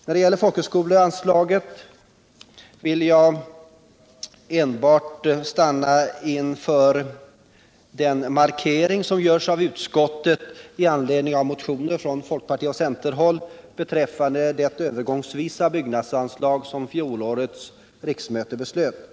När det gäller folkhögskoleanslaget vill jag bara notera den markering som görs av utskottet med anledning av motioner från folkpartioch centerhåll beträffande de byggnadsanslag övergångsvis som fjolårets riksmöte fattade beslut om.